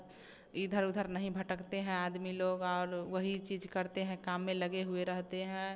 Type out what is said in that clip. इधर उधर नहीं भटकते हैं आदमी लोग और वही चीज़ करते है काम में लगे हुए रहते हैं